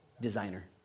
designer